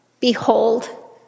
behold